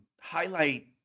highlight